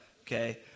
okay